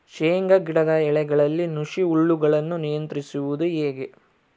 ಶೇಂಗಾ ಗಿಡದ ಎಲೆಗಳಲ್ಲಿ ನುಷಿ ಹುಳುಗಳನ್ನು ನಿಯಂತ್ರಿಸುವುದು ಹೇಗೆ?